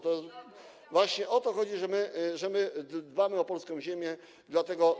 To właśnie o to chodzi, że my dbamy o polską ziemię, dlatego.